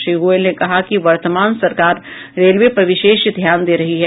श्री गोयल ने कहा कि वर्तमान सरकार रेलवे पर विशेष ध्यान दे रही है